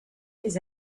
les